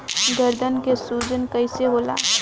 गर्दन के सूजन कईसे होला?